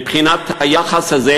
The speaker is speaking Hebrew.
מבחינת היחס הזה,